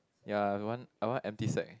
ya that one are one empty sack